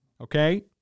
okay